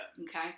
Okay